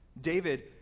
David